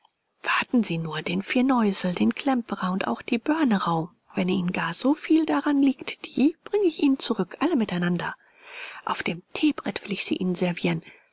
warten sie nur den firneusel den klemperer und auch die börnerau wenn ihnen gar so viel daran liegt die bring ich ihnen zurück alle miteinander auf dem teebrett will ich sie ihnen servieren